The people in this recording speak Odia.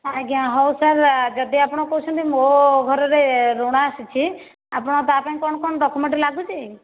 ଆଜ୍ଞା ହେଉ ସାର୍ ଯଦି ଆପଣ କହୁଛନ୍ତି ମୋ ଘରରେ ଋଣ ଆସିଛି ଆପଣ ତା'ପାଇଁ କ'ଣ କ'ଣ ଡକ୍ୟୁମେଣ୍ଟ ଲାଗୁଛି